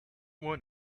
want